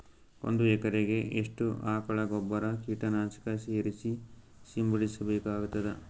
ಒಂದು ಎಕರೆಗೆ ಎಷ್ಟು ಆಕಳ ಗೊಬ್ಬರ ಕೀಟನಾಶಕ ಸೇರಿಸಿ ಸಿಂಪಡಸಬೇಕಾಗತದಾ?